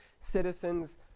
citizens